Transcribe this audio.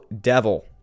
Devil